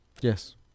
Yes